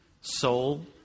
soul